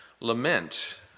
Lament